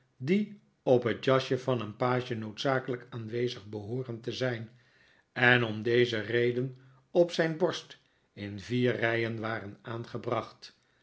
die op het jasje van een page noodzakelijk aanwezig behooren te zijn en om deze reden op zijn borst in vier rijen waren aangebracht